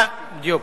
סעיף